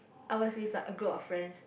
I was with like a group of friends